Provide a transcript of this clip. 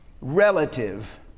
relative